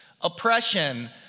oppression